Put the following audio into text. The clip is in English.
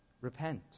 repent